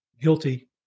Guilty